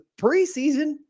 Preseason